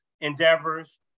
endeavors